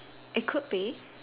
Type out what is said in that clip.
it could be